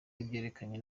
ibyerekeranye